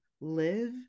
live